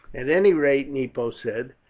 at any rate, nepo said,